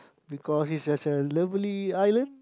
because it's such a lovely island